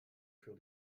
für